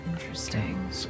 Interesting